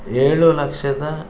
ಏಳು ಲಕ್ಷದ